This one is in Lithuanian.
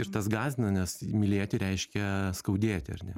ir tas gąsdina nes mylėti reiškia skaudėti ar ne